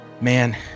Man